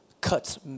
cuts